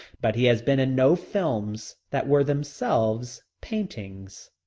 but he has been in no films that were themselves paintings.